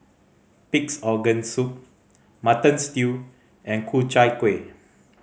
Pig's Organ Soup Mutton Stew and Ku Chai Kuih